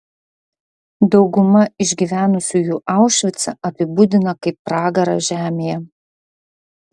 dauguma išgyvenusiųjų aušvicą apibūdiną kaip pragarą žemėje